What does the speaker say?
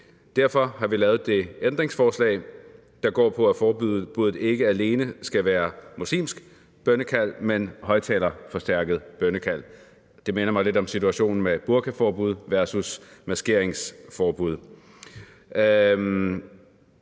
derfor har vi lavet det ændringsforslag, der går på, at forbuddet ikke alene skal omfatte muslimsk bønnekald, men højtalerforstærket bønnekald. Det minder mig lidt om situationen med burkaforbud versus maskeringsforbud.